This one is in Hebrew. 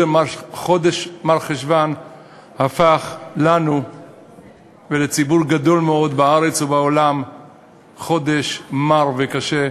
חודש מרחשוון הפך לנו ולציבור גדול מאוד בארץ ובעולם חודש מר וקשה.